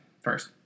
first